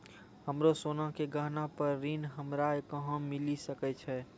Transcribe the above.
हमरो सोना के गहना पे ऋण हमरा कहां मिली सकै छै?